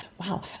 Wow